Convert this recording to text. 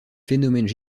phénomènes